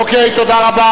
אוקיי, תודה.